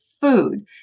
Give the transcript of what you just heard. food